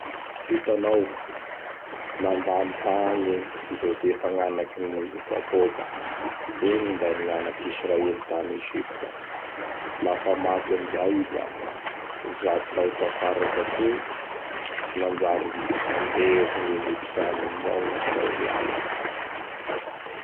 Hitanao Nandalo tagny i Josefa gnanakin'i Jakôba. Igny ninday gn'anak'Israely tany Egypta. Lafa maty amizay i da zato tao tafara tatoy nanjary andevo gny Egyptianina amizao ny Israelianina.